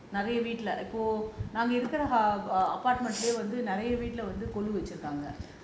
நிறைய வீட்ல இப்போ நாங்க இருக்குற வந்து நிறைய வீட்ல வந்து கொலு வச்சு இருக்காங்க:niraiya veetla ippo naanga irukura vanthu niraiya veetla vanthu kolu vachu irukaanga